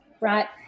right